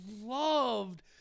loved